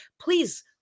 please